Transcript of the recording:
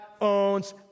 owns